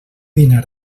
dinar